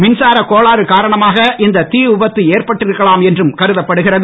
மின்சார கோளாறு காரணமாக இந்த திவிபத்து ஏற்பட்டிருக்கலாம் என்றும் கருதப்படுகிறது